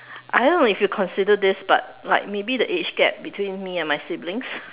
I don't know if you consider this but like maybe the age gap between me and my siblings